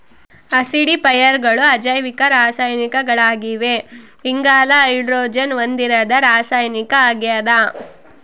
ಆಸಿಡಿಫೈಯರ್ಗಳು ಅಜೈವಿಕ ರಾಸಾಯನಿಕಗಳಾಗಿವೆ ಇಂಗಾಲ ಹೈಡ್ರೋಜನ್ ಹೊಂದಿರದ ರಾಸಾಯನಿಕ ಆಗ್ಯದ